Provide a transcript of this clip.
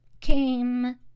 came